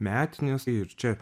metinės ir čia